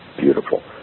beautiful